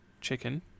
chicken